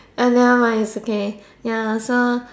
ah nevermind it's okay ya so